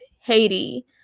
Haiti